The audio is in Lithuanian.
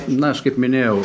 na aš kaip minėjau